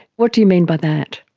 what do you mean by that?